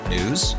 News